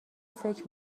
فکر